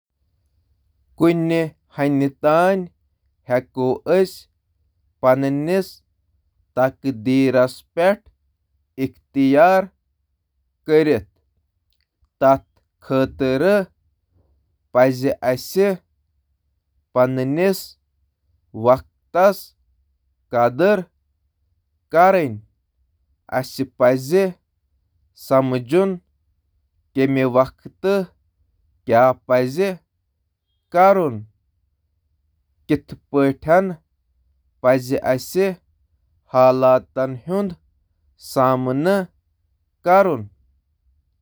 حالانٛکہِ تُہۍ ہیٚکِو نہٕ پنٛنہِ زِنٛدگی ہِنٛدِس پرٛٮ۪تھ بیرونی عنصرس پیٚٹھ قوبوٗ کٔرِتھ، توہہِ ہیٚکِو انتخاب کٔرِتھ تہٕ کاروٲیی کٔرِتھ پنٛنِس مستقبلس پیٚٹھ اثر یِم چھِ کینٛہہ تَجویٖز یِم تۄہہِ پنٛنِس تقدیرس قوبوٗ کرنس منٛز مدتھ ہیٚکن کٔرِ